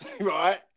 Right